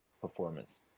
performance